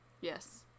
Yes